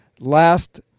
Last